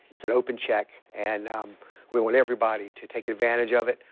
an open check and um we want everybody to take advantage of it.